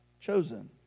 chosen